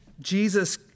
Jesus